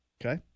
okay